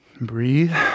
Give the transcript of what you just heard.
breathe